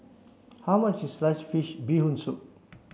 how much is sliced fish bee hoon soup